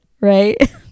Right